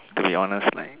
to be honest like